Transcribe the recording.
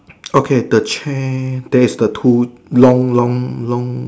okay the chair there is the two long long long